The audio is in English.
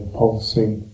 pulsing